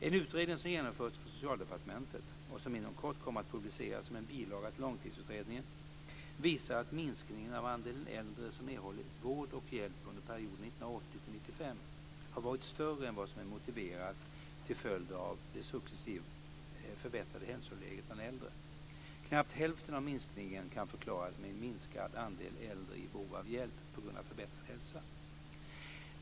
En utredning som genomförts på Socialdepartementet och som inom kort kommer att publiceras som en bilaga till Långtidsutredningen visar att minskningen av andelen äldre som erhåller vård och hjälp under perioden 1980-1995 har varit större än vad som är motiverat till följd av det successivt förbättrade hälsoläget bland äldre. Knappt hälften av minskningen kan förklaras med en minskad andel äldre i behov av hjälp på grund av förbättrad hälsa.